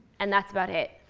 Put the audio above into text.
and that's about it.